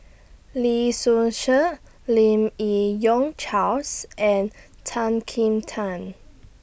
Lee Seow Ser Lim Yi Yong Charles and Tan Kim Tian